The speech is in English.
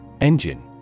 Engine